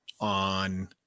on